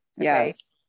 Yes